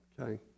Okay